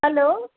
hello